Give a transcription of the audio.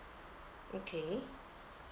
okay